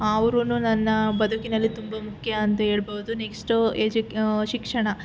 ಅವರುನೂ ನನ್ನ ಬದುಕಿನಲ್ಲಿ ತುಂಬ ಮುಖ್ಯ ಅಂತ ಹೇಳ್ಬೋದು ನೆಕ್ಸ್ಟು ಎಜು ಶಿಕ್ಷಣ